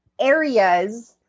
areas